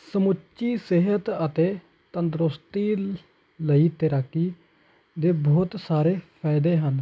ਸਮੁੱਚੀ ਸਿਹਤ ਅਤੇ ਤੰਦਰੁਸਤੀ ਲਈ ਤੈਰਾਕੀ ਦੇ ਬਹੁਤ ਸਾਰੇ ਫਾਇਦੇ ਹਨ